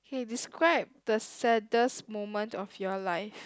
K describe the saddest moment of your life